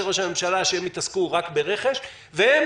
ראש-הממשלה שהם יתעסקו רק ברכש והם,